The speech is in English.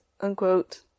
unquote